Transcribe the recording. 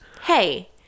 Hey